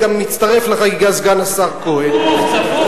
גם מצטרף לחגיגה סגן השר כהן,